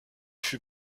fut